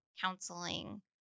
counseling